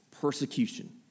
persecution